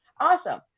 awesome